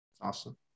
Awesome